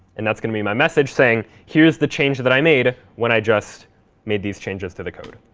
and that's going to be my message saying, here's the change that i made when i just made these changes to the code.